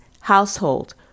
household